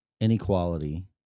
inequality